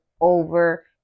over